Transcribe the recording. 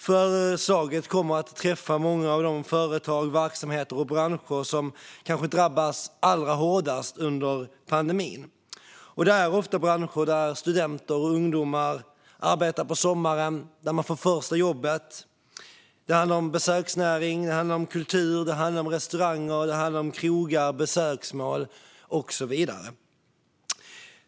Förslaget kommer att träffa många av de företag, verksamheter och branscher som drabbats allra hårdast under pandemin, branscher där studenter och andra ungdomar får sommarjobb: besöksnäring, kultur, restaurang och så vidare.